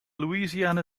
louisiana